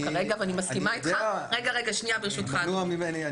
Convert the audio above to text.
כרגע ואני מסכימה איתך -- מנוע ממני.